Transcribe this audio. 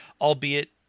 albeit